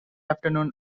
afternoon